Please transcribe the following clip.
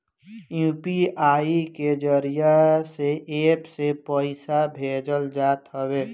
UPI के जरिया से एप्प से पईसा भेजल जात हवे